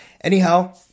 Anyhow